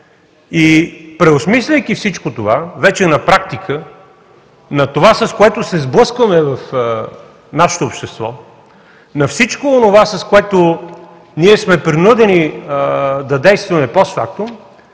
Преосмисляйки всичко това, вече на практика, това, с което се сблъскваме в нашето общество, на всичко онова, с което сме принудени да действаме постфактум,